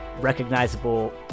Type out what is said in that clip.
recognizable